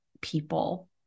people